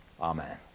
amen